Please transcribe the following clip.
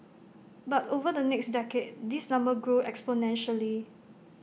but over the next decade this number grew exponentially